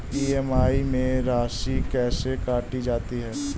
EMI में राशि कैसे काटी जाती है?